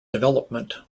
development